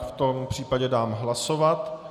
V tom případě dám hlasovat.